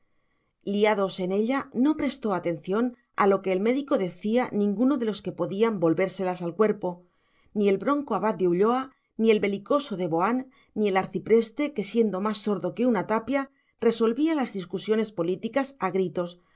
liados en ella no prestó atención a lo que el médico decía ninguno de los que podían volvérselas al cuerpo ni el bronco abad de ulloa ni el belicoso de boán ni el arcipreste que siendo más sordo que una tapia resolvía las discusiones políticas a gritos